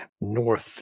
north